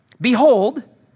behold